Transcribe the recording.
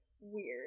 Weird